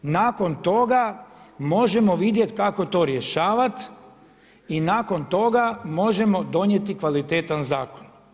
Nakon toga možemo vidjeti kako to rješavati i nakon toga možemo donijeti kvalitetan zakon.